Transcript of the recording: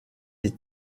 des